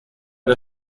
der